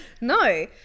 no